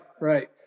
right